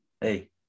Hey